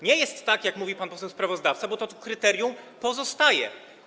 Nie jest tak, jak mówi pan poseł sprawozdawca, bo to kryterium pozostaje.